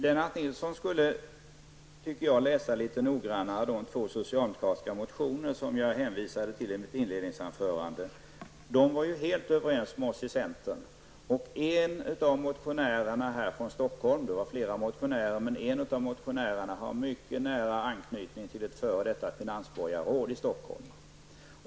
Lennart Nilsson borde litet noggrannare läsa de två socialdemokratiska motioner som jag hänvisade till i mitt inledningsanförande. Dessa motionärer var helt överens med oss i centern. Det var här fråga om flera motionärer, och en av dem har mycket nära anknytning till ett f.d. finansborgarråd i Stockholm.